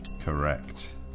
Correct